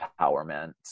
empowerment